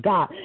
God